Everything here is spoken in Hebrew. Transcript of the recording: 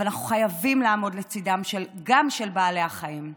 אבל אנחנו חייבים לעמוד לצידם, גם של בעלי החיים.